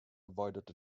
avoided